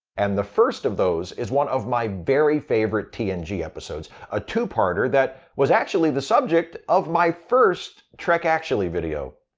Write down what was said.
and the first of those is one of my very favorite tng and yeah episodes, a two-parter that was actually the subject of my first trek, actually video,